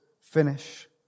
finish